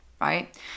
right